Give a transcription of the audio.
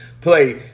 play